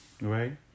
right